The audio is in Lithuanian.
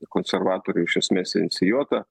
konservatorių iš esmės inicijuota